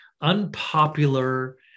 unpopular